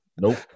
Nope